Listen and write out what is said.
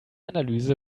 analyse